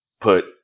put